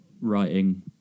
writing